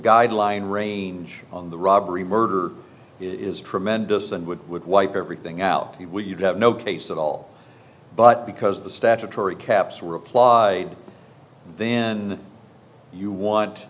guideline range on the robbery murder is tremendous and would would wipe everything out you will you'd have no case at all but because the statutory caps replied then you want